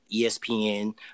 ESPN